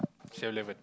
Seven-Eleven